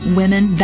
women